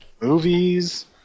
Movies